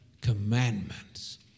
commandments